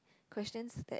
questions that